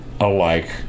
alike